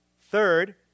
Third